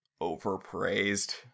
overpraised